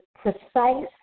precise